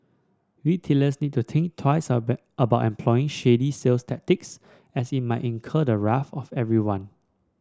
retailers need to think twice about employing shady sales tactics as it might incur the wrath of everyone